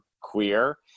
queer